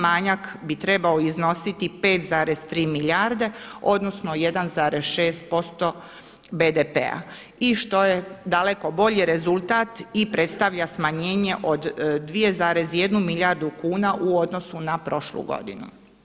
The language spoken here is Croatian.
Manjak bi trebao iznositi 5,3 milijarde, odnosno 1,6% BDP-a i što je daleko bolji rezultat i predstavlja smanjenje od 2,1 milijardu kuna u odnosu na prošlu godinu.